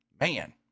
Man